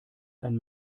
ein